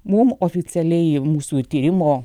mum oficialiai mūsų tyrimo